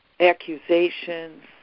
accusations